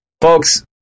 folks